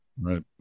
Right